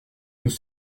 nous